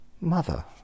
mother